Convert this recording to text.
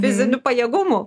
fizinių pajėgumų